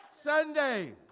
Sunday